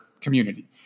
community